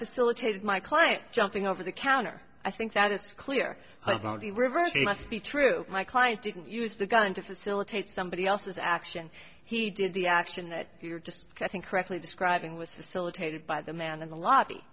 facilitated my client jumping over the counter i think that it's clear about the reverse it must be true my client didn't use the gun to facilitate somebody else's action he did the action that you were just i think correctly describing was facilitated by the man in the lobby